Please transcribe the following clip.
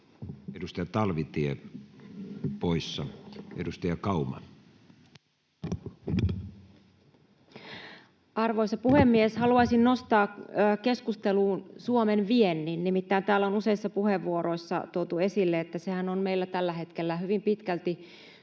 hallinnonala Time: 14:35 Content: Arvoisa puhemies! Haluaisin nostaa keskusteluun Suomen viennin. Nimittäin täällä on useissa puheenvuoroissa tuotu esille, että sehän on meillä tällä hetkellä hyvin pitkälti